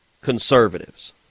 conservatives